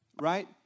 right